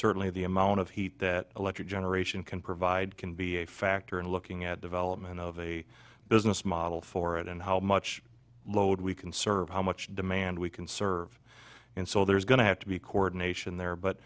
certainly the amount of heat that electric generation can provide can be a factor in looking at development of a business model for it and how much load we conserve how much demand we conserve and so there is going to have to be coordination there but